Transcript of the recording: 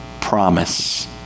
promise